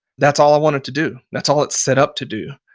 that's all i want it to do. that's all it's set up to do.